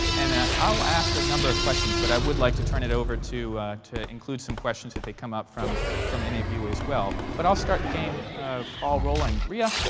and ah i'll ask a number of questions. but i would like to turn it over to to include some questions, if they come up, from from any of you, as well. but i'll start the game ball rolling. rhea,